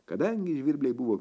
kadangi žvirbliai buvo